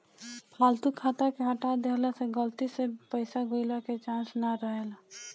फालतू खाता के हटा देहला से गलती से भी पईसा गईला के चांस ना रहेला